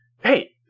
hey